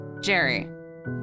Jerry